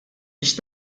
biex